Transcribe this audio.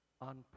on